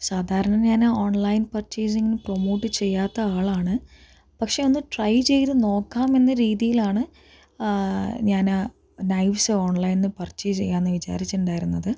സാധാരണ ഞാൻ online purchasing promote ചെയ്യാത്ത ആളാണ് പക്ഷെ ഒന്ന് ട്രൈ ചെയ്ത് നോക്കാം എന്ന രീതിയിലാണ് ഞാൻ നൈവ്സ് ഓൺലൈനിൽനിന്ന് പർച്ചെയ്സ് ചെയ്യാമെന്ന് വിചാരിച്ചിട്ടുണ്ടായിരുന്നത്